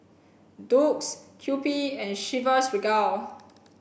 Doux Kewpie and Chivas Regal